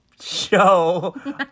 show